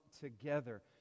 together